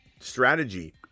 strategy